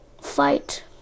fight